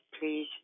please